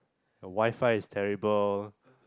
the WiFi is terrible